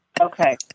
Okay